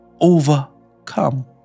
Overcome